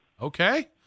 Okay